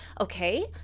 okay